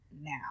now